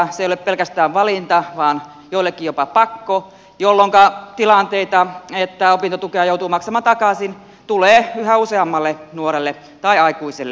se ei ole pelkästään valinta vaan joillekin jopa pakko jolloin tilanteita että opintotukea joutuu maksamaan takaisin tulee yhä useammalle nuorelle tai aikuiselle